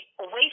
away